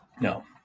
No